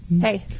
Hey